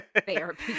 therapy